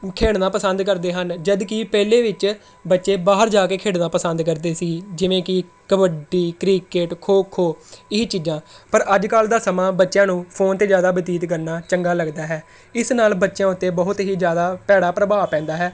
ਖੇਡਣਾ ਪਸੰਦ ਕਰਦੇ ਹਨ ਜਦੋਂ ਕਿ ਪਹਿਲਾਂ ਵਿੱਚ ਬੱਚੇ ਬਾਹਰ ਜਾ ਕੇ ਖੇਡਣਾ ਪਸੰਦ ਕਰਦੇ ਸੀ ਜਿਵੇਂ ਕਿ ਕਬੱਡੀ ਕ੍ਰੀਕੇਟ ਖੋ ਖੋ ਇਹ ਚੀਜ਼ਾਂ ਪਰ ਅੱਜ ਕੱਲ੍ਹ ਦਾ ਸਮਾਂ ਬੱਚਿਆਂ ਨੂੰ ਫੋਨ 'ਤੇ ਜ਼ਿਆਦਾ ਬਤੀਤ ਕਰਨਾ ਚੰਗਾ ਲੱਗਦਾ ਹੈ ਇਸ ਨਾਲ ਬੱਚਿਆਂ ਉੱਤੇ ਬਹੁਤ ਹੀ ਜ਼ਿਆਦਾ ਭੈੜਾ ਪ੍ਰਭਾਵ ਪੈਂਦਾ ਹੈ